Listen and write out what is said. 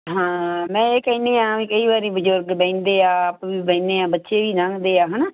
ਹਾਂ ਮੈਂ ਇਹ ਕਹਿੰਦੀ ਹਾਂ ਵੀ ਕਈ ਵਾਰੀ ਬਜ਼ੁਰਗ ਬਹਿੰਦੇ ਆ ਆਪਾਂ ਵੀ ਬਹਿੰਦੇ ਆ ਬੱਚੇ ਵੀ ਲੰਘਦੇ ਆ ਹੈ ਨਾ